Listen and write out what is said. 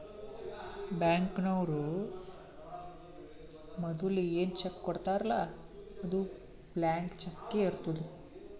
ಬ್ಯಾಂಕ್ನವ್ರು ಮದುಲ ಏನ್ ಚೆಕ್ ಕೊಡ್ತಾರ್ಲ್ಲಾ ಅದು ಬ್ಲ್ಯಾಂಕ್ ಚಕ್ಕೇ ಇರ್ತುದ್